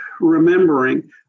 remembering